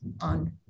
on